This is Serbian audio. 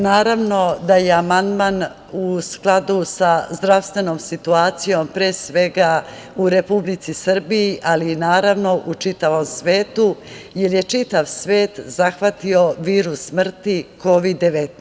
Naravno da je amandman u skladu sa zdravstvenom situacijom pre sve u Republici Srbiji, ali i naravno u čitavom svetu jer je čitav svet zahvatio virus smrt Kovid 19.